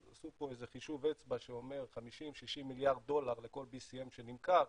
עשו פה איזה חישוב אצבע שאומר 60-50 מיליארד דולר לכל BCM שנמכר,